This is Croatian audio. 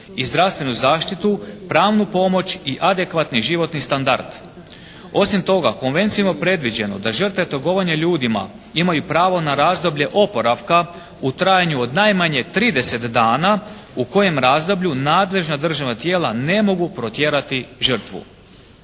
i zdravstvenu zaštitu, pravnu pomoć i adekvatni životni standard. Osim toga Konvencijom je predviđeno da žrtve trgovanja ljudima imaju pravo na razdoblje oporavka u trajanju od najmanje 30 dana u kojem razdoblju nadležna državna tijela ne mogu protjerati žrtvu.